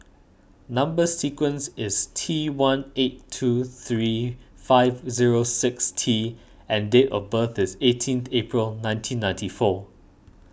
Number Sequence is T one eight two three five zero six T and date of birth is eighteenth April nineteen ninety four